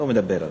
מדבר הרבה.